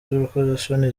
z’urukozasoni